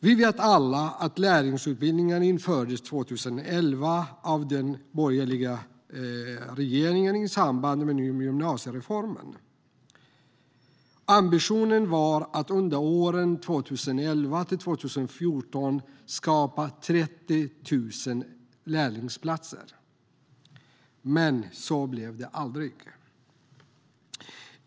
Vi vet alla att lärlingsutbildningen infördes 2011 av den borgerliga regeringen i samband med gymnasiereformen. Ambitionen var att under åren 2011-2014 skapa 30 000 lärlingsplatser. Men så blev det aldrig.